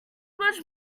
much